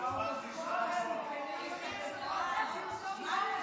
ההומופוב השוביניסט הגזען, מה נעשה בלעדיו?